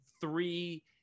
three